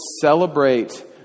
celebrate